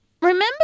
remember